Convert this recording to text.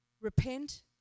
Repent